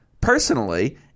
personally